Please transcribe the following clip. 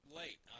late